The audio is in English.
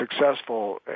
successful